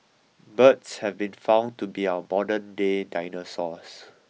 birds have been found to be our modernday dinosaurs